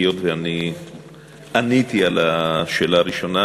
היות שעניתי על השאלה הראשונה,